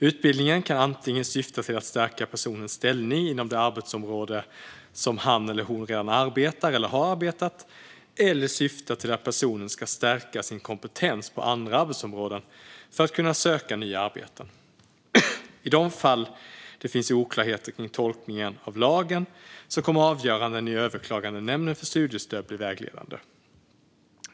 Utbildningen kan antingen syfta till att stärka personens ställning inom det arbetsområde som han eller hon redan arbetar eller har arbetat inom eller syfta till att personen ska stärka sin kompetens på andra arbetsområden för att kunna söka nya arbeten. I de fall det finns oklarheter kring tolkning av lagen kommer avgöranden i Överklagandenämnden för studiestöd att bli vägledande.